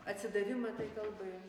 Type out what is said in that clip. atsidavimą kalbai